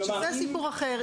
עכשיו זה סיפור אחר,